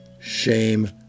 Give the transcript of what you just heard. shame